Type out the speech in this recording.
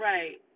Right